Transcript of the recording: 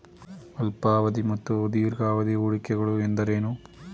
ಅಲ್ಪಾವಧಿ ಮತ್ತು ದೀರ್ಘಾವಧಿ ಹೂಡಿಕೆಗಳು ಎಂದರೇನು?